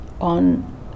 on